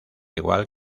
igual